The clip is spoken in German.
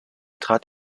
trat